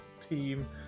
team